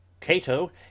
Cato